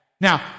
Now